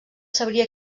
sabria